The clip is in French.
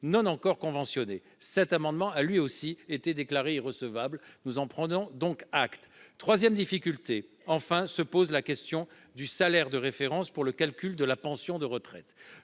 non-encore conventionnés. Cet amendement a lui aussi été déclarée recevable, nous en prenons donc acte 3ème difficulté enfin se pose la question du salaire de référence pour le calcul de la pension de retraite